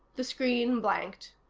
the screen blanked.